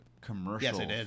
commercial